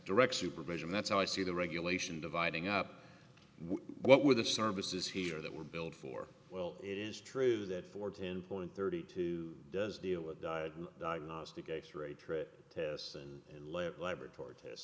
direct supervision that's how i see the regulation dividing up what were the services here that were billed for well it is true that fourteen point thirty two does deal with diet diagnostic x ray trip tests and let laboratory tests